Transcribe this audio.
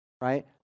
right